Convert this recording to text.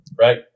Right